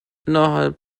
innerhalb